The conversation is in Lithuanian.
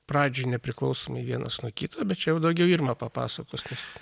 pradžioj nepriklausomai vienas nuo kito bet čia daugiau irma papasakos nes